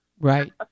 right